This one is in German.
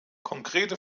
konkrete